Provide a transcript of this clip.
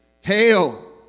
Hail